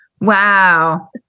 Wow